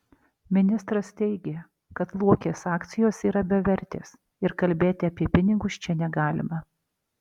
ministras teigė kad luokės akcijos yra bevertės ir kalbėti apie pinigus čia negalima